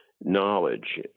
knowledge